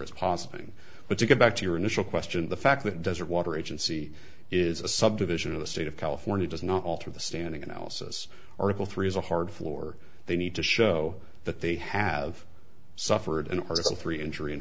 it's possible but you go back to your initial question the fact that desert water agency is a subdivision of the state of california does not alter the standing analysis article three is a hard floor they need to show that they have suffered an article three injury in